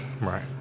Right